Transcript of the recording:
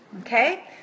okay